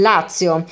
Lazio